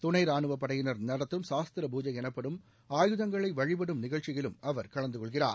துணை ராணுவப் படையினர் நடத்தும் சாஸ்திர பூஜை எனப்படும் ஆயுதங்களை வழிபடும் நிகழ்ச்சியிலும் அவர் கலந்துகொள்கிறார்